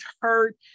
hurt